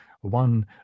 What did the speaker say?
one